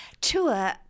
tour